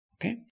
Okay